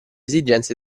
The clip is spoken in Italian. esigenze